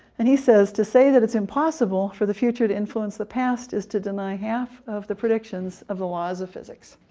and he says to say that it's impossible for the future to influence the past is to deny half of the predictions of the laws of physics.